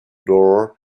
door